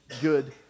good